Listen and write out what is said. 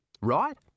right